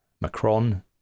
Macron